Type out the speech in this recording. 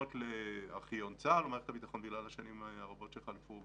פניות לארכיון צה"ל במערכת הביטחון בגלל השנים הארוכות שחלפו.